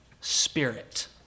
Spirit